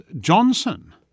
Johnson